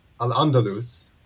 Al-Andalus